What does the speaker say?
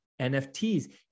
NFTs